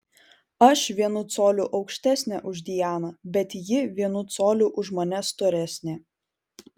aš vienu coliu aukštesnė už dianą bet ji vienu coliu už mane storesnė